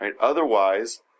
Otherwise